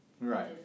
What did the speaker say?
Right